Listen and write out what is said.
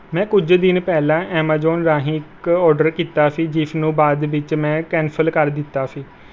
ਮੈਂ ਕੁਝ ਦਿਨ ਪਹਿਲਾਂ ਐਮਾਜ਼ੋਨ ਰਾਹੀਂ ਇੱਕ ਔਡਰ ਕੀਤਾ ਸੀ ਜਿਸ ਨੂੰ ਬਾਅਦ ਵਿੱਚ ਮੈਂ ਕੈਂਸਲ ਕਰ ਦਿੱਤਾ ਸੀ